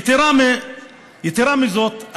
יתרה מזאת,